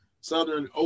Southern